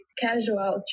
casual